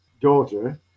daughter